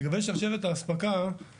לגבי שרשרת האספקה,